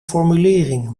formulering